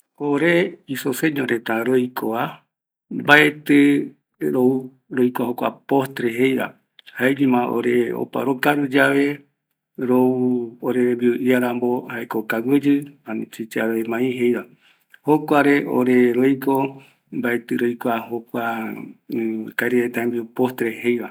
Ore isoseño reta roikova, mbaetɨ roikua jokua postre jeiva, jaeñoma ore opa rokaru yave, rou orerembiu iarambo jaeko kaguiyɨ, chicha de miz jeiva, jokuare ore roiko, mbatɨ roikua jokua karaireta jembiu postre jeiva